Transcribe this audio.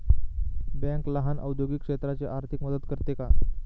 Bank लहान औद्योगिक क्षेत्राची आर्थिक मदत करते का?